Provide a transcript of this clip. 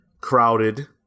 crowded